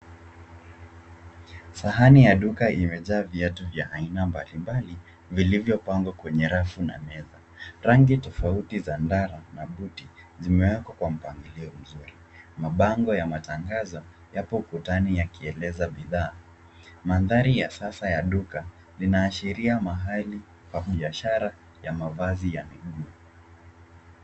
Sahani ya duka imejaa viatu vya aina mbalimbali vilivyopangwa kwenye rafu na meza. Rangi tofauti za ndara na buti zimewekwa kwa mpangilio mzuri. Mabango ya matangazo yapo ukutani yakieleza bidhaa. Mandhari ya sasa ya duka inaashiria mahali pa biashara ya mavazi ya miguu.